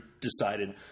decided